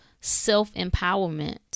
self-empowerment